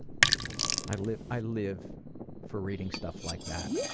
i live i live for reading stuff like that.